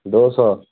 दो सौ